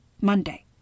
Monday